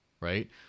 right